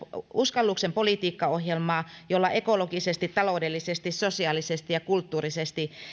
uskalluksen politiikka ohjelmaa jolla ekologisesti taloudellisesti sosiaalisesti ja kulttuurisesti